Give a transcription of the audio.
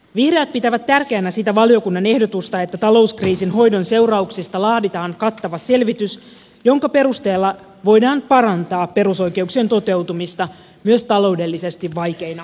vihreät pitävät tärkeänä sitä valiokunnan ehdotusta että talouskriisin hoidon seurauksista laaditaan kattava selvitys jonka perusteella voidaan parantaa perusoikeuksien toteutumista myös taloudellisesti vaikeina aikoina